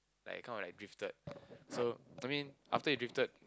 like kind of like drifted so I mean after you drifted